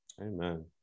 Amen